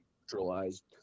neutralized